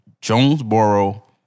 Jonesboro